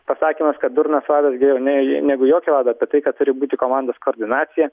pasakymas kad durnas vadas geriau nei negu jokio vado apie tai kad turi būti komandos koordinacija